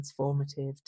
transformative